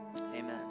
amen